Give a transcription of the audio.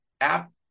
app